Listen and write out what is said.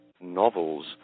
novels